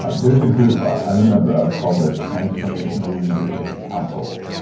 there's a group i'm a member of called the transformational leadership council.